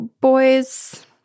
boys